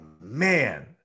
man